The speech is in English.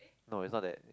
no is not that